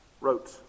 wrote